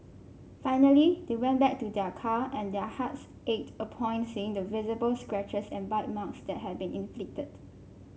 finally they went back to their car and their hearts ached upon seeing the visible scratches and bite marks that had been inflicted